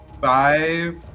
five